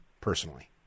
personally